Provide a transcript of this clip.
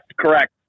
correct